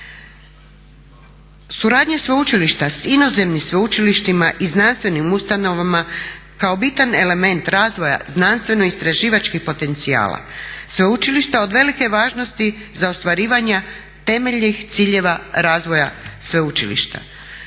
Suradnja sveučilišta s inozemnim sveučilištima i znanstvenim ustanovama kao bitan element razvoja znanstveno istraživačkih potencijala sveučilišta od velike je važnosti za ostvarivanje temeljnih ciljeva razvoja sveučilišta.